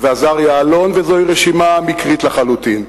ועזריה אלון, וזוהי רשימה מקרית לחלוטין,